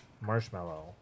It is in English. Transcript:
marshmallow